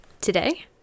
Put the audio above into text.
Today